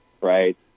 right